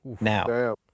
Now